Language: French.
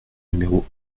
numéro